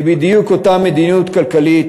והיא בדיוק אותה מדיניות כלכלית